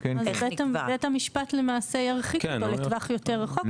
בית המשפט למעשה ירחיק אותו לטווח יותר רחוק.